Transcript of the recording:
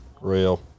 Real